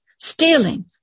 Stealing